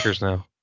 now